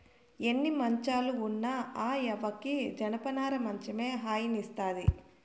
ఎన్ని మంచాలు ఉన్న ఆ యవ్వకి జనపనార మంచమే హాయినిస్తాది